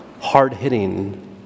hard-hitting